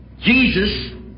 Jesus